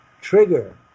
trigger